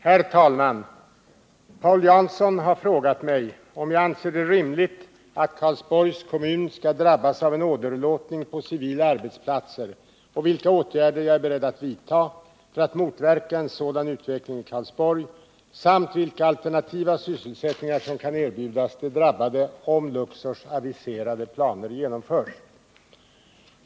Herr talman! Paul Jansson har frågat mig om jag anser det rimligt att Karlsborgs kommun skall drabbas av en åderlåtning på civila arbetsplatser och vilka åtgärder jag är beredd att vidta för att motverka en sådan utveckling i Karlsborg samt vilka alternativa sysselsättningar som kan erbjudas de drabbade om Luxors aviserade planer genomförs.